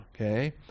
Okay